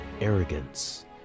arrogance